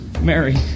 Mary